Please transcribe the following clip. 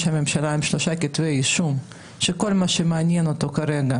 ממשלה עם שלושה כתבי אישום שכל מה שמעניין אותו כרגע